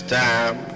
time